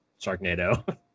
Sharknado